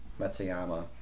Matsuyama